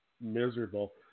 miserable